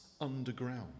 underground